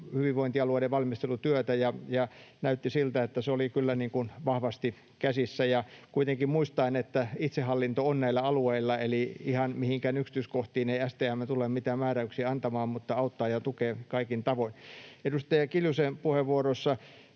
hyvinvointialueiden valmistelutyötä. Näytti siltä, että se oli kyllä vahvoissa käsissä — kuitenkin muistaen, että itsehallinto on näillä alueilla, eli ihan mihinkään yksityiskohtiin ei STM tule mitään määräyksiä antamaan mutta auttaa ja tukee kaikin tavoin. Edustaja Kiljusen puheenvuorossa